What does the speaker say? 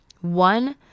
One-